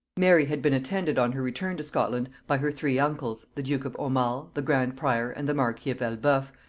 mary had been attended on her return to scotland by her three uncles, the duke of aumale, the grand prior and the marquis of elbeuf,